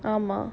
ஆமா:aamaa